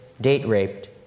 date-raped